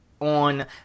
on